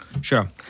Sure